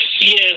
Yes